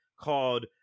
called